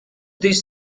this